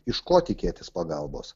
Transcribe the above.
iš ko tikėtis pagalbos